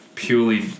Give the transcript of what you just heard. Purely